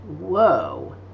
whoa